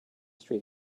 street